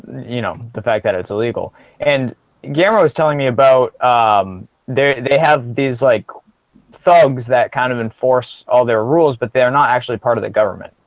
you know the fact that it's illegal and guillermo was telling me about um there they have these like thugs that kind of enforce all their rules, but they're not actually part of the government.